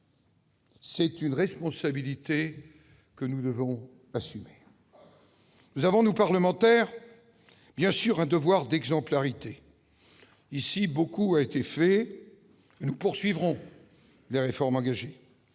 C'est une responsabilité que nous devons assumer. Nous avons, nous, parlementaires, un devoir d'exemplarité. Beaucoup a été fait ici et nous poursuivrons les réformes engagées,